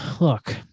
look